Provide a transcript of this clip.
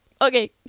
okay